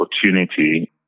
opportunity